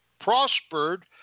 Prospered